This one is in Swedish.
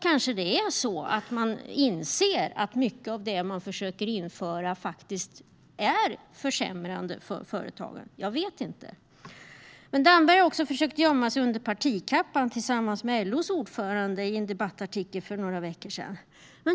Kanske är det så att man inser att mycket av det som man försöker att införa faktiskt innebär försämringar för företagen. Jag vet inte. Damberg försökte också gömma sig under partikappan tillsammans med LO:s ordförande i en debattartikel för några veckor sedan.